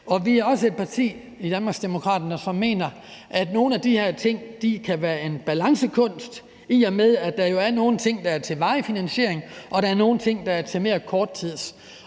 Vi er også et parti, Danmarksdemokraterne, som mener, at nogle af de her ting kan være en balancekunst, i og med at der jo er nogle ting, der er til varig finansiering, og at der er nogle ting, der skal finansieres